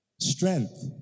Strength